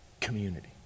community